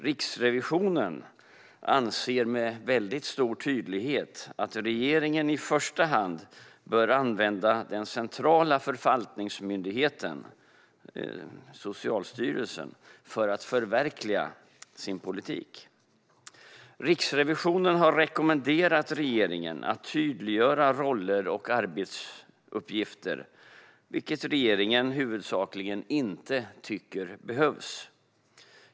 Riksrevisionen anser med mycket stor tydlighet att regeringen i första hand bör använda den centrala förvaltningsmyndigheten, Socialstyrelsen, för att förverkliga sin politik. Riksrevisionen har rekommenderat regeringen att tydliggöra roller och arbetsuppgifter, vilket regeringen huvudsakligen inte tycker behövs.